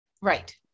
Right